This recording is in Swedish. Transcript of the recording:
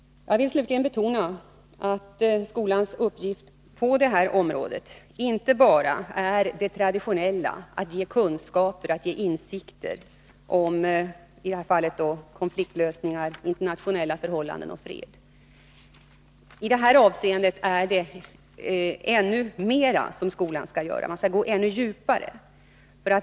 Jag vill slutligen betona att skolans uppgift på detta område inte bara är den traditionella, att ge kunskaper och insikter om konfliktlösning, internationella förhållanden och fred. I detta avseende är det ännu mer som skolan skall göra. Den måste gå djupare.